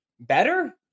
better